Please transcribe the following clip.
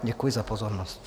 Děkuji za pozornost.